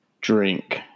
drink